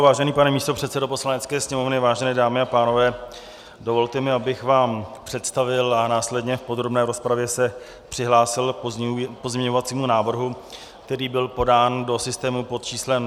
Vážený pan místopředsedo Poslanecké sněmovny, vážené dámy a pánové, dovolte mi, abych vám představil a následně v podrobné rozpravě se přihlásil k pozměňovacímu návrhu, který byl podán do systému pod číslem 2371.